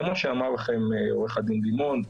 כמו שאמר לכם עורך הדין לימון,